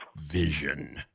Vision